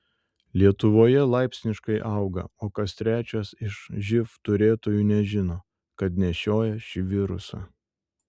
lietuvoje laipsniškai auga o kas trečias iš živ turėtojų nežino kad nešioja šį virusą